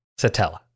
Satella